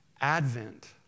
Advent